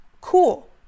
Cool